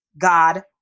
God